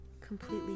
completely